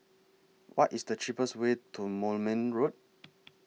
What IS The cheapest Way to Moulmein Road